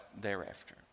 thereafter